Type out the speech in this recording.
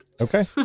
Okay